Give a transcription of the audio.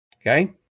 Okay